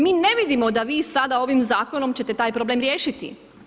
Mi ne vidimo da vi sada ovim zakonom ćete taj problem riješiti.